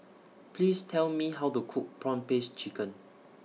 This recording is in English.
Please Tell Me How to Cook Prawn Paste Chicken